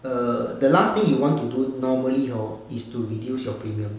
err the last thing you want to do normally hor is to reduce your premium